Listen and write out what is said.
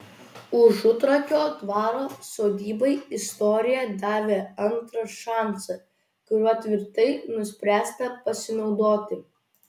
užutrakio dvaro sodybai istorija davė antrą šansą kuriuo tvirtai nuspręsta pasinaudoti